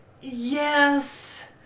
yes